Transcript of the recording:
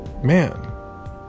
man